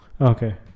Okay